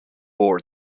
war